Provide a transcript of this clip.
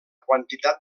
quantitat